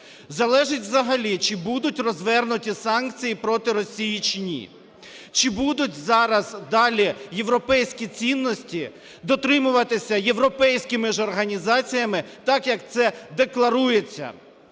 залежить взагалі, чи будуть розвернуті санкції проти Росії чи ні, чи будуть зараз далі європейські цінності дотримуватися європейськими ж організаціями так, як це декларується.